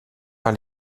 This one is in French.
par